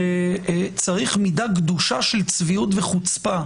שצריך מידה גדושה של צביעות וחוצפה